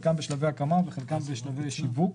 חלקן בשלבי הקמה וחלקן בשלבי שיווק.